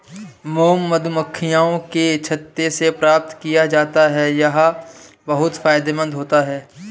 mom मधुमक्खियों के छत्ते से प्राप्त किया जाता है यह बहुत फायदेमंद होता है